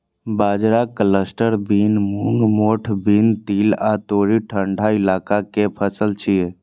बाजरा, cluster bean, मूंग, मोठ बीन, तिल आ तोरी ठंढा इलाका के फसल छियै